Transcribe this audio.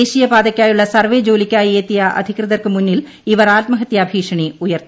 ദേശീയപാതയ്ക്കായുള്ള survey ജോലിയ്ക്കായി എത്തിയ അധികൃതർക്കുമുന്നിൽ ഇവർ ആത്മഹത്യാഭീഷണി ഉയർത്തി